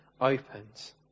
opens